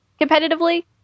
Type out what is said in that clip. competitively